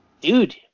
dude